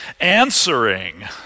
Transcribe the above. answering